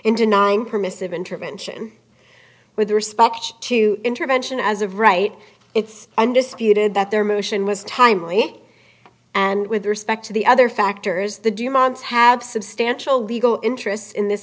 in denying permissive intervention with respect to intervention as of right it's undisputed that their motion was timely and with respect to the other factors the demands have substantial legal interests in this